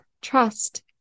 trust